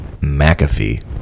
McAfee